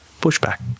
pushback